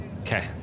Okay